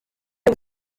ari